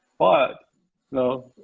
but no,